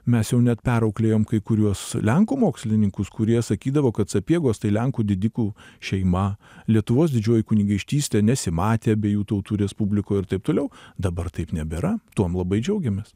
mes jau net perauklėjam kai kuriuos lenkų mokslininkus kurie sakydavo kad sapiegos tai lenkų didikų šeima lietuvos didžioji kunigaikštystė nesimatė abiejų tautų respublikoj ir taip toliau dabar taip nebėra tuom labai džiaugiamės